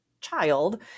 child